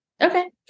Okay